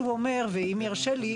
ואם יורשה לי,